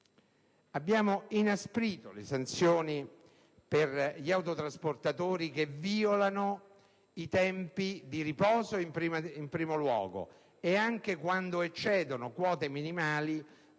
Abbiamo inasprito le sanzioni per gli autotrasportatori che violano i tempi di riposo, anche quando eccedono quote minimali